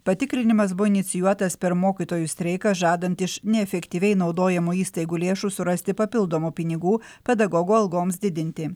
patikrinimas buvo inicijuotas per mokytojų streiką žadant iš neefektyviai naudojamų įstaigų lėšų surasti papildomų pinigų pedagogų algoms didinti